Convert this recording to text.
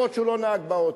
אפילו שהוא לא נהג באוטו.